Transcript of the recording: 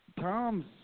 Tom's